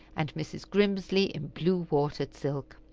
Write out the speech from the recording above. and mrs. grimsly in blue watered silk.